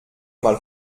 mal